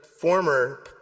former